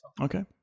Okay